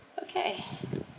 okay